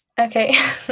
Okay